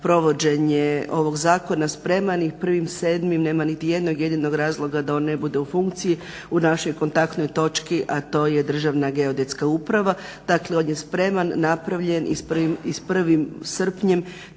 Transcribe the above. provođenje ovog zakona spreman i 1.7. nema niti jednog jedinog razloga da on ne bude u funkciji u našoj kontaktnoj točki, a to je Državna geodetska uprava. Dakle, on je spreman, napravljen i s 1.7. će